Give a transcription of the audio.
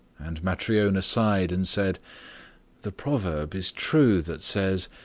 and matryona sighed, and said the proverb is true that says,